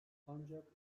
ancak